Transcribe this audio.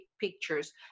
pictures